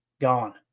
Gone